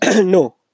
No